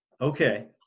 Okay